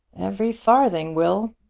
every farthing, will.